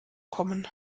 kommen